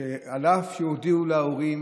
שאף שהודיעו להורים: